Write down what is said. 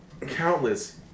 countless